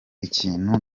ikintu